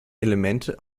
elemente